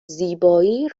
زیبایی